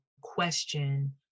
question